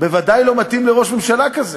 בוודאי לא מתאים לראש ממשלה כזה.